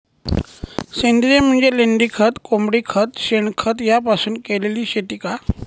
सेंद्रिय म्हणजे लेंडीखत, कोंबडीखत, शेणखत यापासून केलेली शेती का?